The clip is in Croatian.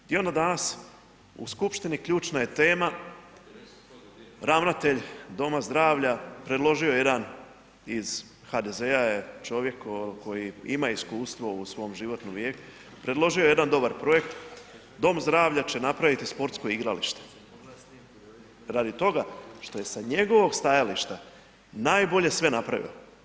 I ono danas u skupštini ključna je tema, ravnatelj doma zdravlja predložio je jedan iz HDZ-a je čovjek koji ima iskustvo u svom životnom vijeku, predložio je jedan dobar projekt, dom zdravlja će napraviti sportsko igralište radi toga što je sa njegovog stajališta najbolje sve napravio.